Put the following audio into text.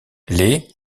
les